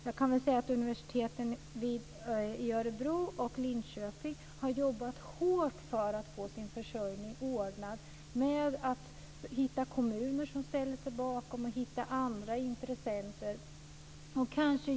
Jag kan tala om att universiteten i Örebro och Linköping har jobbat hårt för att få sin försörjning ordnad genom att försöka hitta kommuner och andra intressenter som ställer sig bakom.